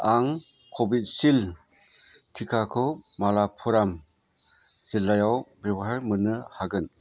आं कभिसिल्द टिकाखौ मालापुराम जिल्लायाव बबेहाय मोननो हागोन